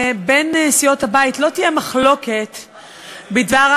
שבין סיעות הבית לא תהיה מחלוקת בדבר,